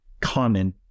common